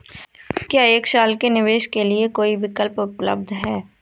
क्या एक साल के निवेश के लिए कोई विकल्प उपलब्ध है?